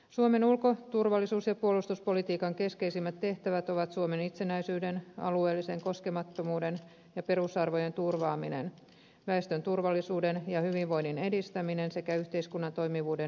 suomen ulko turvallisuus ja puolustuspolitiikan keskeisimmät tehtävät ovat suomen itsenäisyyden alueellisen koskemattomuuden ja perusarvojen turvaaminen väestön turvallisuuden ja hyvinvoinnin edistäminen sekä yhteiskunnan toimivuuden ylläpitäminen